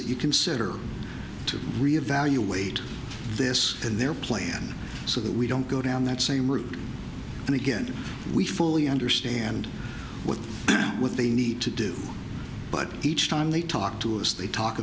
that you consider to re evaluate this in their plan so that we don't go down that same route and again we fully understand what what they need to do but each time they talk to us they talk